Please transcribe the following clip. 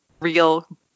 real